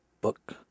book